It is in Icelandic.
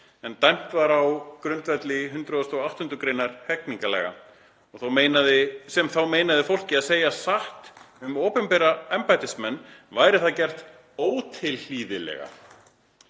„Dæmt var á grundvelli 108. gr. hegningarlaga, sem þá meinaði fólki að segja satt um opinbera embættismenn, væri það gert „ótilhlýðilega“.